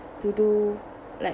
to do like